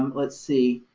um let's see,